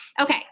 okay